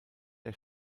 der